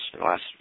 last